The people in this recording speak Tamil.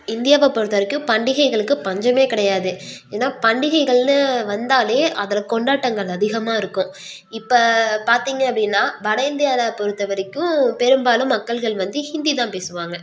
இந்தியாவை பொறுத்த வரைக்கும் பண்டிகைகளுக்கு பஞ்சம் கிடையாது ஏன்னா பண்டிகைகள்னு வந்தால் அதில் கொண்டாட்டங்கள் அதிகமாக இருக்கும் இப்போ பார்த்தீங்க அப்படினா வட இந்தியாவில் பொறுத்த வரைக்கும் பெரும்பாலும் மக்கள்கள் வந்து ஹிந்தி தான் பேசுவாங்க